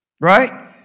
Right